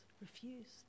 refused